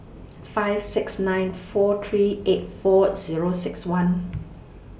five six nine four three eight four Zero six one